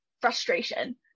frustration